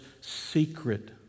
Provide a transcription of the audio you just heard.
secret